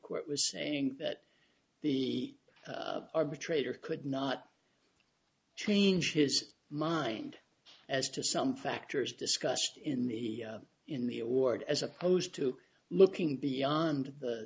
court was saying that the arbitrator could not changed his mind as to some factors discussed in the in the award as opposed to looking beyond the